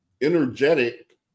energetic